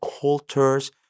cultures